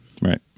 Right